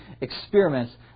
experiments